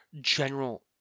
general